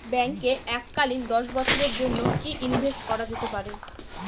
ব্যাঙ্কে এককালীন দশ বছরের জন্য কি ইনভেস্ট করা যেতে পারে?